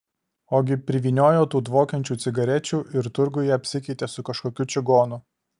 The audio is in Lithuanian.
ogi privyniojo tų dvokiančių cigarečių ir turguje apsikeitė su kažkokiu čigonu